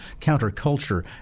counterculture